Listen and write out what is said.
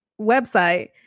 website